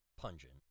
pungent